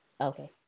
okay